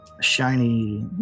shiny